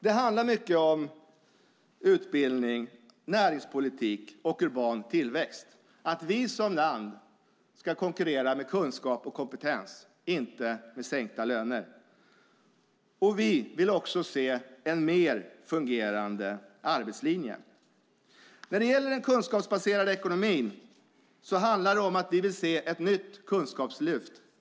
Det handlar mycket om utbildning, näringspolitik och urban tillväxt, att vi som land ska konkurrera med kunskap och kompetens, inte med sänkta löner. Vi vill också se en mer fungerande arbetslinje. När det gäller den kunskapsbaserade ekonomin handlar det om att vi vill se ett nytt kunskapslyft.